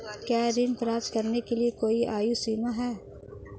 क्या ऋण प्राप्त करने के लिए कोई आयु सीमा है?